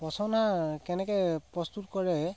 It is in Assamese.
পচন সাৰ কেনেকে প্ৰস্তুত কৰে